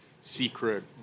secret